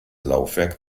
laufwerk